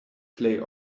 plej